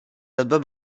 album